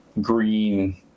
green